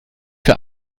für